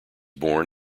born